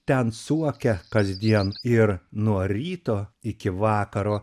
ten suokia kasdien ir nuo ryto iki vakaro